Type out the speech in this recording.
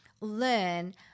learn